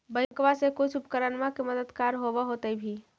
बैंकबा से कुछ उपकरणमा के मददगार होब होतै भी?